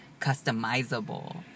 customizable